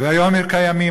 והיום הם קיימים,